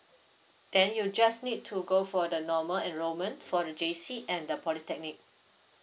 then you just need to go for the normal enrollment for the J_C and the polytechnic